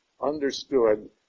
understood